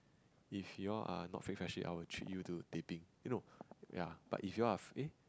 if you all are not fake freshie I will treat you to teh bing eh no ya but if you all are eh